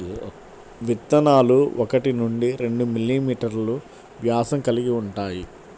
విత్తనాలు ఒకటి నుండి రెండు మిల్లీమీటర్లు వ్యాసం కలిగి ఉంటాయి